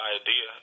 idea